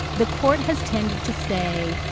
the court has tended to say,